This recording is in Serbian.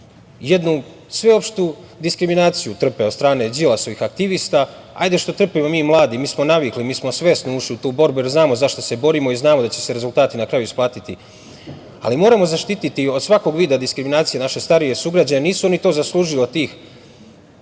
Jednu sveopštu diskriminaciju trpe od strane Đilasovih aktivista. Ajde što trpimo mi mladi, mi smo navikli i mi smo svesno ušli u tu borbu, jer znamo za šta se borimo i znamo da će se rezultati na kraju isplatiti, ali moramo zaštiti od svakog vida diskriminacije naše starije sugrađane. Nisu oni to zaslužili od tih,